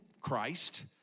Christ